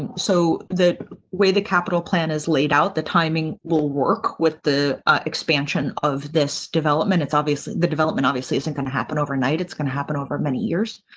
and so the way the capital plan is laid out, the timing will work with the expansion of this development, it's obviously development, obviously isn't going to happen overnight. it's going to happen over many years.